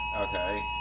Okay